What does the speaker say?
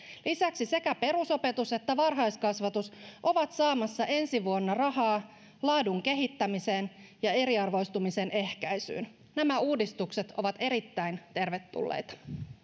lisäksi sekä perusopetus että varhaiskasvatus ovat saamassa ensi vuonna rahaa laadun kehittämiseen ja eriarvoistumisen ehkäisyyn nämä uudistukset ovat erittäin tervetulleita